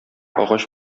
агач